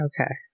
Okay